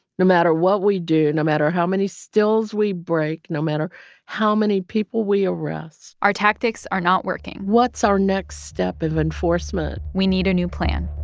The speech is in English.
no matter what we do, no matter how many stills we break, no matter how many people we arrest. our tactics are not working what's our next step of enforcement? we need a new plan.